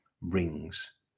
rings